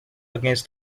against